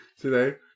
today